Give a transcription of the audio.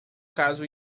caso